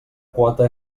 quota